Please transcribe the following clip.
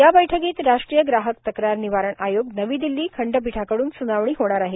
या बैठकीत राष्ट्रीय ग्राहक तक्रार निवारण आयोग नवी दिल्ली खंडपीठाकडून सूनावणी होणार आहे